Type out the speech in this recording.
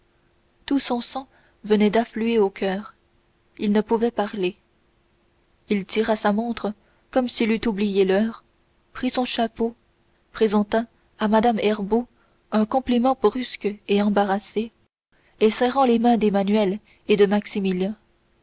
tout son sang venait d'affluer au coeur il ne pouvait parler il tira sa montre comme s'il eût oublié l'heure prit son chapeau présenta à mme herbault un compliment brusque et embarrassé et serrant les mains d'emmanuel et de